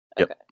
Okay